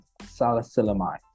salicylamide